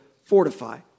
fortify